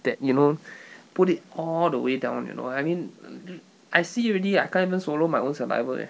that you know put it all the way down eh you know I mean I see already I can't even swallow my own saliva leh